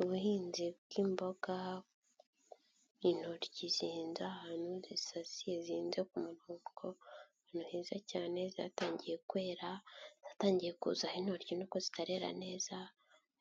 Ubuhinzi bw'imboga, intoryi zihinze ahantu zisaziye zihinze ku murongo, ahantu heza cyane zatangiye kwera, zatangiye kuzaho intoki nubwo zitarera neza